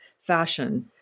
fashion